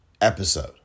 episode